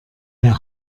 der